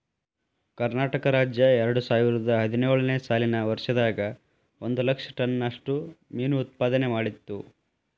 ಕರ್ನಾಟಕ ರಾಜ್ಯ ಎರಡುಸಾವಿರದ ಹದಿನೇಳು ನೇ ಸಾಲಿನ ವರ್ಷದಾಗ ಒಂದ್ ಲಕ್ಷ ಟನ್ ನಷ್ಟ ಮೇನು ಉತ್ಪಾದನೆ ಮಾಡಿತ್ತು